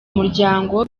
muryango